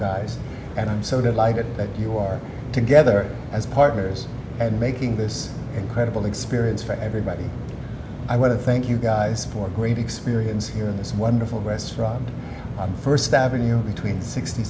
guys and i'm so delighted that you are together as partners and making this incredible experience for everybody i want to thank you guys for a great experience here in this wonderful restaurant on st avenue between